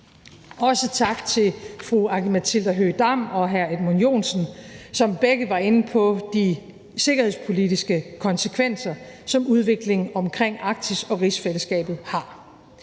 Også tak til fru Aki-Matilda Høegh-Dam og hr. Edmund Joensen, som begge var inde på de sikkerhedspolitiske konsekvenser, som udviklingen omkring Arktis og rigsfællesskabet har.